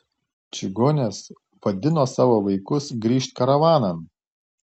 čigonės vadino savo vaikus grįžt karavanan